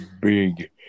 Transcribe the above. Big